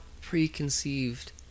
preconceived